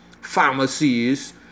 pharmacies